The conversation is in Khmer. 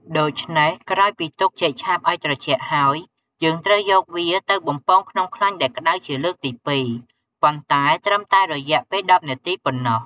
ដូច្នេះ ក្រោយពីទុកចេកឆាបឲ្យត្រជាក់ហើយ យើងត្រូវយកវាទៅបំពងក្នុងខ្លាញ់ដែលក្ដៅជាលើកទីពីរ ប៉ុន្តែត្រឹមតែរយៈពេល១០នាទីប៉ុណ្ណោះ។